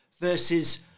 versus